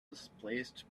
displaced